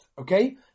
Okay